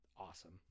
awesome